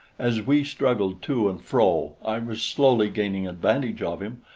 as we struggled to and fro, i was slowly gaining advantage of him,